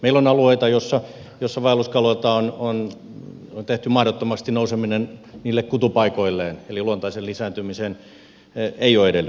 meillä on alueita joissa on tehty mahdottomaksi vaelluskalojen nouseminen kutupaikoilleen eli luontaiseen lisääntymiseen ei ole edellytyksiä